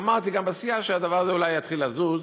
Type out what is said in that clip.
אמרתי גם בסיעה, שהדבר הזה אולי יתחיל לזוז.